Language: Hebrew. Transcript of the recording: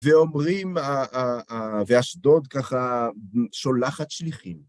ואומרים, ואשדוד ככה, שולחת שליחים.